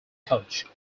coach